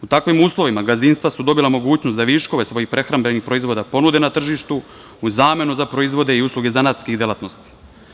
U takvim uslovima, gazdinstva su dobila mogućnost da viškove svojih prehrambenih proizvoda ponude na tržištu u zamenu za proizvode i usluge zanatskih delatnosti.